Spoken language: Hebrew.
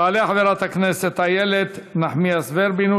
תעלה חברת הכנסת איילת נחמיאס ורבין,